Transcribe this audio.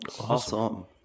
Awesome